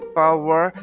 power